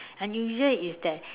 unusual is that